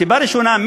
סיבה ראשונה,